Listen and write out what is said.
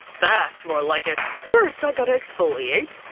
that's more like it. first, i gotta exfoliate.